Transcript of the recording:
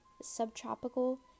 subtropical